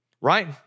right